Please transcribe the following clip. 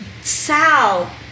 Sal